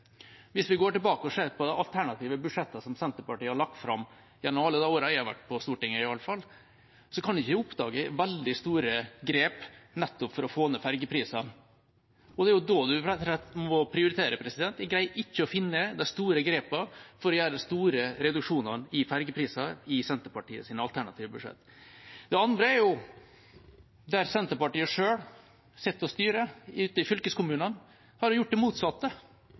Hvis vi går tilbake og ser på de alternative budsjettene som Senterpartiet har lagt fram, i hvert fall gjennom alle de årene jeg har vært på Stortinget, kan ikke jeg oppdage veldig store grep for å få ned ferjeprisene, og det er jo da en rett og slett må prioritere. Jeg greier ikke å finne de store grepene for å gjøre de store reduksjonene i ferjepriser i Senterpartiets alternative budsjetter. Det andre er at der Senterpartiet selv sitter og styrer ute i fylkeskommunene, har de gjort det motsatte.